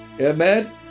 Amen